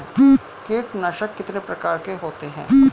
कीटनाशक कितने प्रकार के होते हैं?